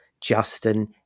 Justin